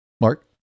Mark